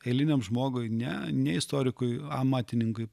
eiliniam žmogui ne ne istorikui amatininkui